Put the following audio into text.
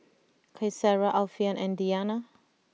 Qaisara Alfian and Diyana